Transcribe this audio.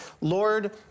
Lord